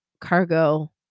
Cargo